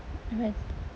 right